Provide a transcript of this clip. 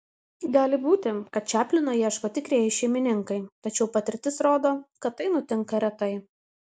gali būti kad čaplino ieško tikrieji šeimininkai tačiau patirtis rodo kad tai nutinka retai